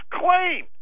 claim